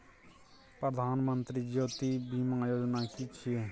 प्रधानमंत्री जीवन ज्योति बीमा योजना कि छिए?